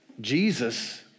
Jesus